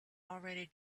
already